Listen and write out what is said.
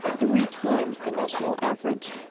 three times the national average.